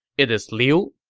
it is liu.